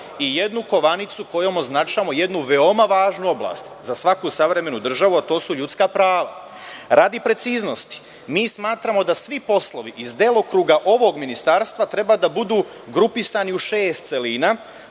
i jednu kovanicu kojom označavamo jednu veoma važnu oblast za svaku savremenu državu, a to su ljudska prava. Radi preciznosti mi smatramo da svi poslovi iz delokruga ovog ministarstva treba da budu grupisani u šest celina,